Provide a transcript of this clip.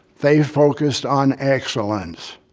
they focused on excellence.